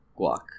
guac